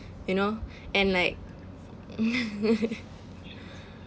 you know and like